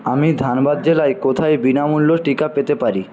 আমি ধানবাদ জেলায় কোথায় বিনামূল্য টিকা পেতে পারি